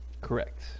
Correct